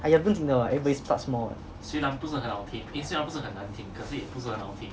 哎呀不用紧啊 everybody start small what